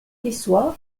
quessoy